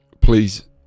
Please